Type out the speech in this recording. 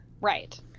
Right